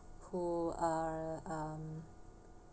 who uh um